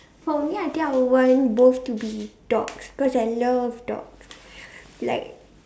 for me I think I would want both to be dogs because I love dogs like